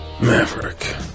Maverick